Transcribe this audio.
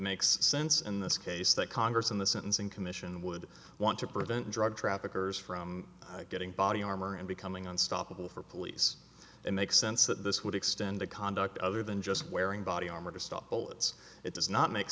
makes sense in this case that congress and the sentencing commission would want to prevent drug traffickers from getting body armor and becoming unstoppable for police it makes sense that this would extend to conduct other than just wearing body armor to stop bullets it does not make